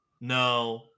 no